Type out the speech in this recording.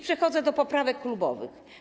Przechodzę do poprawek klubowych.